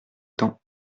temps